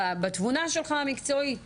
אנחנו מאוד מתרעמים וכועסים אבל את המציאות